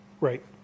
right